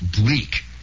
bleak